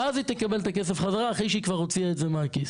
ואז היא תקבל את הכסף חזרה אחרי שהיא כבר הוציאה את זה מהכיס.